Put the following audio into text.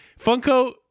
Funko